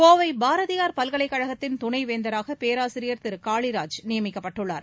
கோவை பாரதியார் பல்கலைக் கழகத்தின் துணை வேந்தராக பேராசிரியர் திரு காளிராஜ் நியமிக்கப்பட்டுள்ளார்